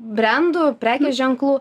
brendų prekinių ženklų